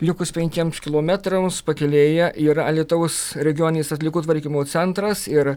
likus penkiems kilometrams pakelėje yra alytaus regioninis atliekų tvarkymo centras ir